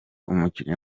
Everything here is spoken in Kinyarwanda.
umukinnyi